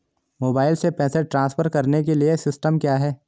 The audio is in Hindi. मोबाइल से पैसे ट्रांसफर करने के लिए सिस्टम क्या है?